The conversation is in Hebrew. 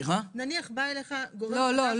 נעה, לא.